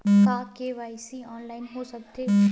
का KYC online हो सकथे?